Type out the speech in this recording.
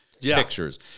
pictures